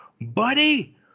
buddy